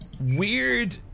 weird